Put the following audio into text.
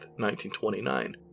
1929